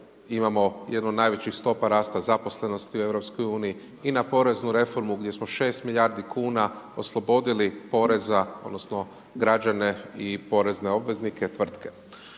imamo jednu od najvećih stopa rasta zaposlenosti u EU i na poreznu reformu, gdje smo 6 milijardi kuna oslobodili poreza, odnosno, građane i porezne obveznike i tvrtke.